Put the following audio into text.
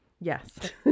Yes